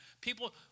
People